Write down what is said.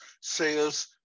sales